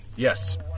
Yes